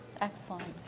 Excellent